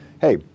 hey